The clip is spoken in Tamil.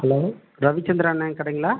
ஹலோ ரவிச்சந்திரன் அண்ணா கடைங்களா